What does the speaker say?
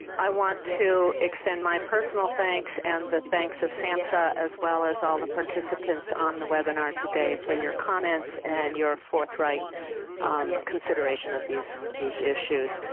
i want to extend my personal thanks and the thanks of samsha as well as all the participants on the webinar today for your comments and your forthright consideration of these these issues.